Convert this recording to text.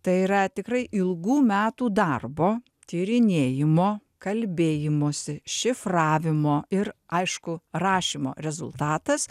tai yra tikrai ilgų metų darbo tyrinėjimo kalbėjimosi šifravimo ir aišku rašymo rezultatas